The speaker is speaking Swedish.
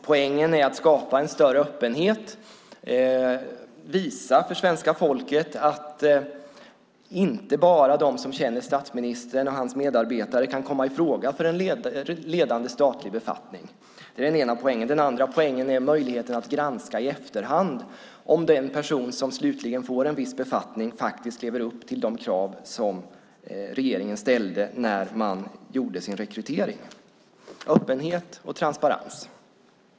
Poängen är att skapa en större öppenhet, att visa för svenska folket att inte bara de som känner statsministern och hans medarbetare kan komma i fråga för en ledande statlig befattning. Det är den ena poängen. Den andra poängen är möjligheten att granska i efterhand om den person som slutligen får en viss befattning lever upp till de krav som regeringen ställde när man gjorde sin rekrytering. Det handlar om öppenhet och transparens.